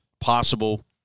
possible